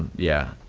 yeah,